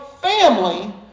family